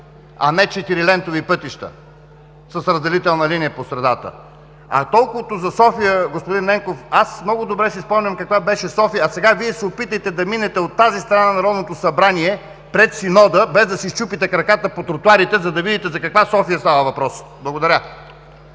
а не четирилентови пътища с разделителна линия по средата. Колкото до София, господин Ненков, много добре си спомням каква беше София, а сега Вие се опитайте да минете от тази страна на Народното събрание, пред Синода, без да си счупите краката по тротоарите, за да видите за каква София става въпрос! Благодаря.